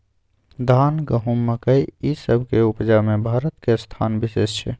धान, गहूम, मकइ, ई सब के उपजा में भारत के स्थान विशेष छै